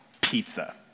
pizza